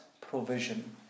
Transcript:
provision